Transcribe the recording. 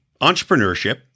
entrepreneurship